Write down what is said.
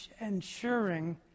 ensuring